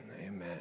Amen